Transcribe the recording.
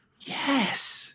Yes